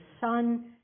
Son